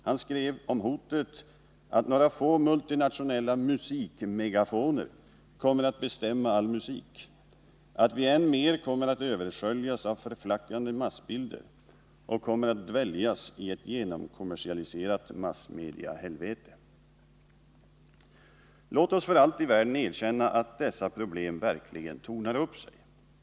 Han skrev om hotet att några få multinationella musikmegafoner kommer att bestämma all musik, att vi än mer kommer att översköljas av förflackande massbilder och kommer att dväljas i ett genomkommersialiserat massmediehelvete. Låt oss för allt i världen erkänna att dessa problem verkligen tornar upp sig!